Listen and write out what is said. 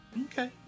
okay